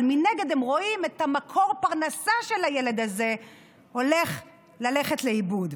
אבל מנגד הן רואות את מקור הפרנסה של הילד הזה הולך ללכת לאיבוד.